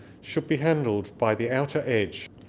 should be handled by the outer edge.